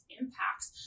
impacts